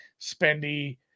spendy